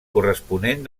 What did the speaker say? corresponent